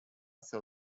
seu